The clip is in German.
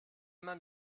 man